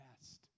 best